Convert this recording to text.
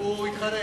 הוא התחרט.